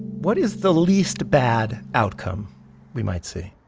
what is the least bad outcome we might see?